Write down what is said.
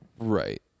Right